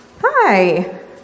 Hi